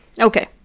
Okay